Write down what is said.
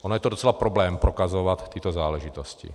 Ono je to docela problém prokazovat tyto záležitosti.